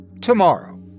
tomorrow